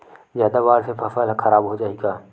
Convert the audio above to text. जादा बाढ़ से फसल ह खराब हो जाहि का?